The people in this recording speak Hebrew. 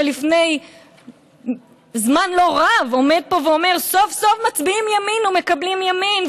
שלפני זמן לא רב עומד פה ואומר: סוף-סוף מצביעים ימין ומקבלים ימין,